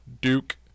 Duke